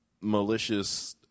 malicious